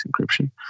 encryption